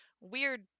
weird